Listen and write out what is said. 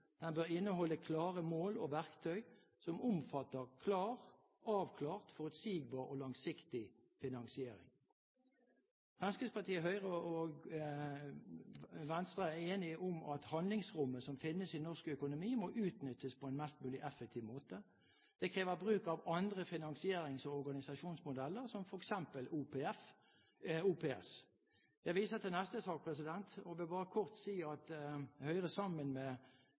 Den bør inneholde klare mål og verktøy som omfatter avklart, forutsigbar og langsiktig finansiering. Fremskrittspartiet, Høyre, Kristelig Folkeparti og Venstre er enige om at handlingsrommet som finnes i norsk økonomi, må utnyttes på en mest mulig effektiv måte. Det krever bruk av andre finansierings- og organisasjonsmodeller, som f.eks. prosjektfinansiering og OPS. Jeg viser til neste sak og vil bare kort si at Fremskrittspartiet, sammen med